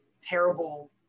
terrible